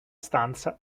stanza